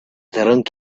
drunk